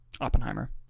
Oppenheimer